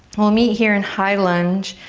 we'll meet here in high lunge.